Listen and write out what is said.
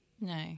No